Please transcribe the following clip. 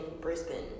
Brisbane